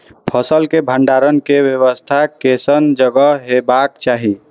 फसल के भंडारण के व्यवस्था केसन जगह हेबाक चाही?